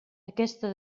aquesta